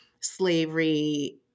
slavery